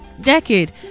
decade